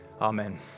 Amen